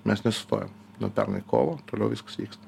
mes nesustojom nuo pernai kovo toliau viskas vyksta